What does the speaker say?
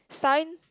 sign